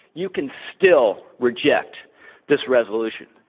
you can still reject this resolution.